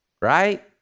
right